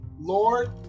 Lord